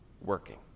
working